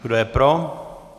Kdo je pro?